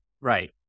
Right